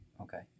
okay